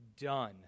done